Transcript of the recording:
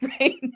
right